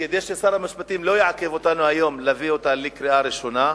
וכדי ששר המשפטים לא יעכב אותנו היום מלהביא אותה לקריאה ראשונה,